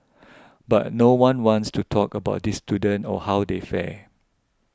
but no one wants to talk about these students or how they fare